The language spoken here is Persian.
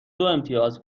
دوامتیاز